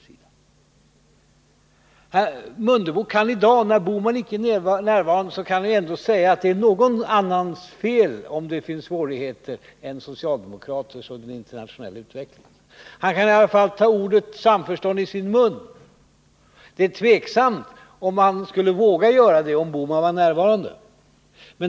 Herr Mundebo kan i dag, när Gösta Bohman icke är närvarande, säga att om det finns svårigheter så är det inte bara socialdemokraternas eller den internationella utvecklingens fel. Han kan i alla fall ta ordet samförstånd i sin mun. Det är tveksamt om han skulle våga göra det om Gösta Bohman var närvarande.